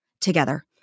together